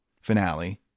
finale